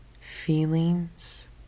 feelings